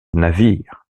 navire